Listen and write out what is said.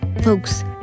Folks